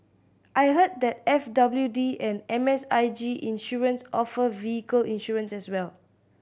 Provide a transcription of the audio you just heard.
I heard that F W D and M S I G Insurance offer vehicle insurance as well